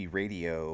radio